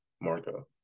Marco